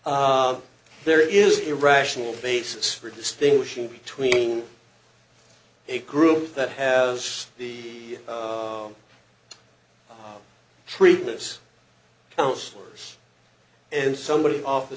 l there is a rational basis for distinguishing between a group that has the treatments counsellors and somebody off the